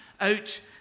out